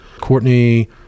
Courtney